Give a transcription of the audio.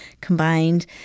combined